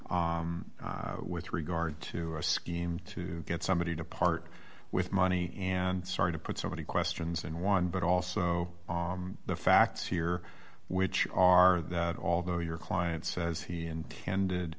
with regard to a scheme to get somebody to part with money and start to put so many questions in one but also the facts here which are that although your client says he intended